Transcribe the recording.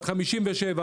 בת 57,